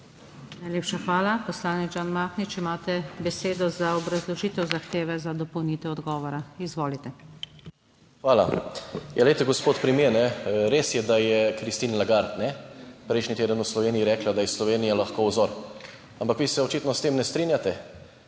Najlepša hvala. Poslanec Žan Mahnič, imate besedo za obrazložitev zahteve za dopolnitev odgovora. Izvolite. **ŽAN MAHNIČ (PS SDS):** Hvala. Gospod premier, res je, da je Christine Lagarde prejšnji teden v Sloveniji rekla, da je Slovenija lahko vzor, ampak vi se očitno s tem ne strinjate,